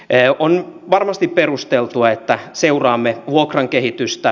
on varmasti perusteltua että seuraamme vuokran kehitystä